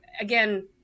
again